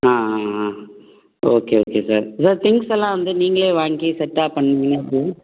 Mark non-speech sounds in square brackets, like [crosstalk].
ஆ ஆ ஆ okay okay sir sir things எல்லாம் வந்து நீங்களே வாங்கி செட்டாக பண்ணுவீங்க [unintelligible]